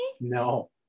No